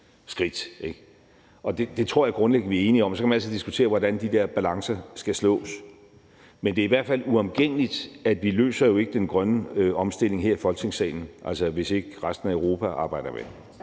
Det tror jeg grundlæggende vi er enige om, og så kan man altid diskutere, hvordan de der balancer skal være. Men det er i hvert fald uomgængeligt, at vi jo ikke løser den grønne omstilling her i Folketingssalen, hvis ikke resten af Europa arbejder med.